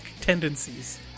tendencies